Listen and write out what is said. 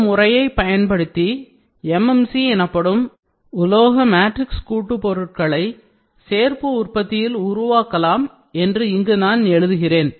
இந்த முறையை பயன்படுத்தி MMC எனப்படும் உலோக மேட்ரிக்ஸ் கூட்டுப் பொருட்களை சேர்ப்பு உற்பத்தியில் உருவாக்கலாம் என்று இங்கு நான் எழுதுகிறேன்